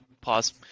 pause